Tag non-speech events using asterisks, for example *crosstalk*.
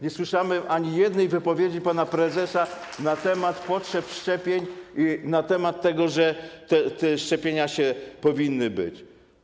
Nie słyszałem ani jednej wypowiedzi pana prezesa *applause* na temat potrzeb szczepień i na temat tego, że szczepienia powinny być.